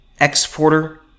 exporter